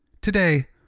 Today